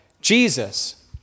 Jesus